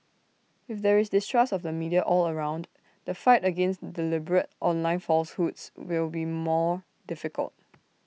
if there is distrust of the media all around the fight against deliberate online falsehoods will be more difficult